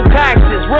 taxes